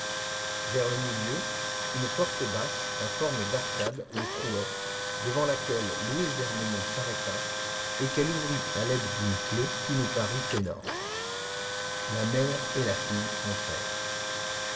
vers le milieu une porte basse en forme d'arcade le trouait devant laquelle louise d'ernemont s'arrêta et qu'elle ouvrit à l'aide d'une clef qui nous parut énorme la mère et la fille entrèrent